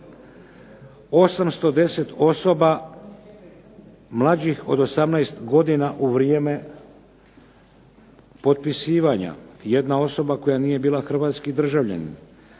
810 osoba mlađih od 18 godina u vrijeme potpisivanja, jedna osoba koja nije bila hrvatski državljanin,